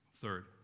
Third